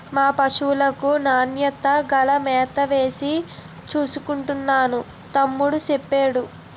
మా పశువులకు నాణ్యత గల మేతవేసి చూసుకుంటున్నాను తమ్ముడూ సెప్పేడు